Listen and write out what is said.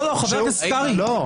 כל מי שהגיע,